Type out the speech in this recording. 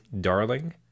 darling